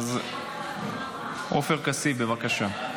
עופר כסיף, בבקשה,